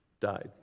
died